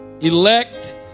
elect